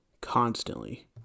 constantly